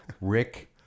Rick